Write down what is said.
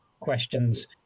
questions